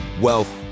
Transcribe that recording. wealth